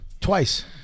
twice